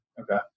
Okay